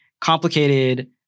complicated